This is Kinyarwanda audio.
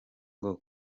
ngo